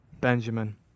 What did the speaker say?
Benjamin